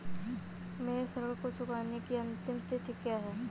मेरे ऋण को चुकाने की अंतिम तिथि क्या है?